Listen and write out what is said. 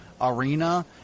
arena –